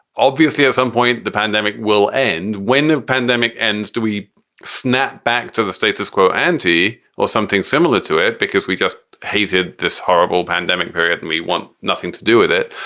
obviously, at some point the pandemic will end when the pandemic ends. do we snap back to the status quo ante or something similar to it? because we just had this horrible pandemic period and we want nothing to do with it?